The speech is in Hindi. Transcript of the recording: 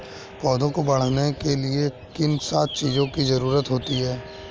पौधों को बढ़ने के लिए किन सात चीजों की जरूरत होती है?